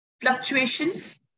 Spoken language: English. fluctuations